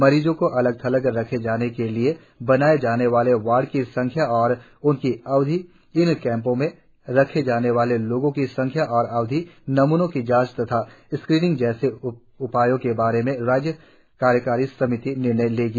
मरीजों को अलग थलग रखे जाने के लिए बनाये जाने वाले वार्ड की संख्या और उनकी अवधि इन कैमपों में रखे जाने वाले लोगों की संख्या और अवधि नमुनों की जांच तथा सक्रीनिंग जैसे उपायों के बारे में राजय कार्यकारी समिति निर्णय लेगी